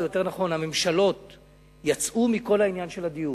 או יותר נכון הממשלות יצאו מכל העניין הזה של הדיור.